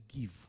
give